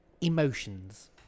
Emotions